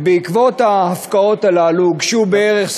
בעקבות ההפקעות הללו הוגשו בערך,